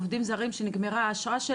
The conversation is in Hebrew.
עובדים זרים שנגמרה להם האשרה,